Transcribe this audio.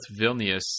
Vilnius